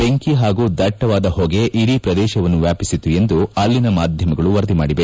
ಬೆಂಕಿ ಹಾಗೂ ದಟ್ಟವಾದ ಹೊಗೆ ಇಡೀ ಪ್ರದೇಶವನ್ನು ವ್ಯಾಪಿಸಿತ್ತು ಎಂದು ಅಲ್ಲಿನ ಮಾಧ್ಯಮಗಳು ವರದಿ ಮಾಡಿದೆ